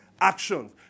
actions